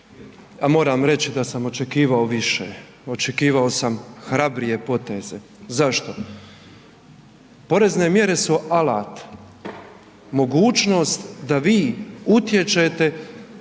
Moram reći da sam očekivao više, očekivao sam hrabrije poteze, zašto? Porezne mjere su alat, mogućnost da vi utječe